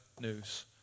news